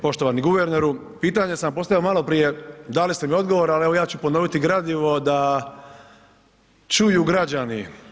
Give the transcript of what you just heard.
Poštovani guverneru, pitanje sam postavio maloprije, dali ste mi odgovor, ali evo ja ću ponoviti gradivo da čuju građani.